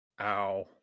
Ow